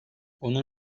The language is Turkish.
onun